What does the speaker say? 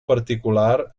particular